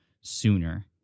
sooner